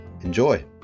Enjoy